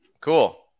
Cool